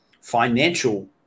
financial